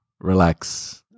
Relax